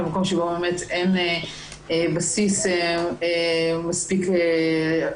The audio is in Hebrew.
במקום שבו באמת אין בסיס מספיק בתלונה.